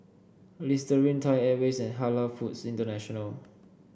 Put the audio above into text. Listerine Thai Airways and Halal Foods International